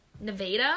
Nevada